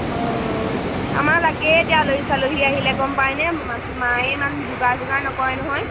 অঁ অ আমাৰ লাগে এতিয়া লহি চালহিী আহিলে গম পায়নে মায়ে ইমান যোগাৰ যোগাৰ নকয় নহয়